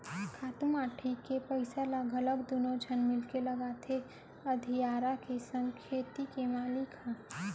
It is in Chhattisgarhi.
खातू माटी के पइसा ल घलौ दुनों झन मिलके लगाथें अधियारा के संग खेत के मालिक ह